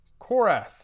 Korath